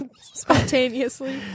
Spontaneously